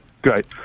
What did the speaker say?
great